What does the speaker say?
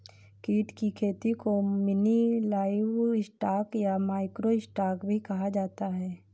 कीट की खेती को मिनी लाइवस्टॉक या माइक्रो स्टॉक भी कहा जाता है